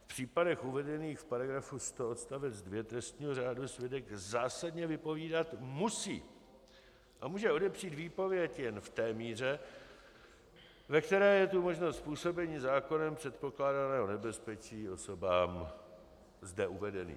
V případech uvedených v § 100 odst. 2 trestního řádu svědek zásadně vypovídat musí a může odepřít výpověď jen v té míře, ve které je tu možnost způsobení zákonem předpokládaného nebezpečí osobám zde uvedeným.